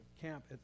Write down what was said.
camp